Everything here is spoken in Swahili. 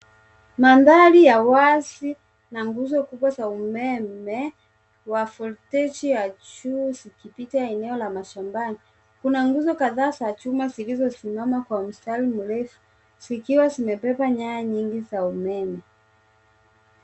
Mandhari ya wazi na nguzo kubwa za umeme wa voltage za juu zikipita eneo la mashambani. Kuna nguzo kadhaa za chuma zilizosimama kwa mstari mrefu, zikiwa zimebeba nyaya nyingi za umeme.